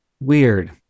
Weird